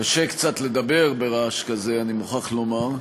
קשה קצת לדבר ברעש כזה, אני מוכרח לומר,